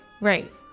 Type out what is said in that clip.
Right